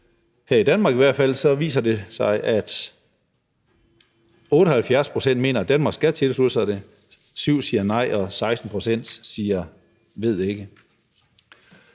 hvert fald, viser det sig, at 78 pct. mener, at Danmark skal tilslutte sig den, 7 pct. siger nej, og 16 pct. siger ved ikke.